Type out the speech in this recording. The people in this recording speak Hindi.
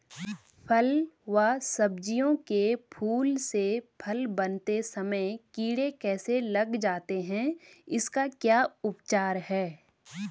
फ़ल व सब्जियों के फूल से फल बनते समय कीड़े कैसे लग जाते हैं इसका क्या उपचार है?